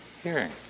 hearing